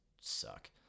suck